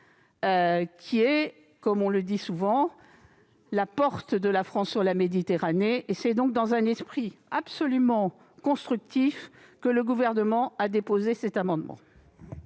qui est, comme on le dit souvent, la porte de la France sur la Méditerranée. C'est donc dans un esprit absolument constructif que le Gouvernement a déposé l'amendement